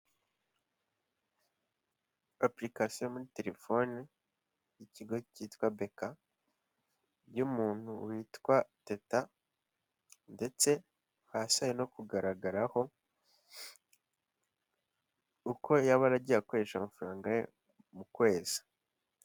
Apurikasiyo muri telefoni y'ikigo cyitwa BK y'umuntu witwa Teta. Ndetse hasi hari no kugaragaraho uko yaba yaragiye akoresha amafaranga ye mu kwezi.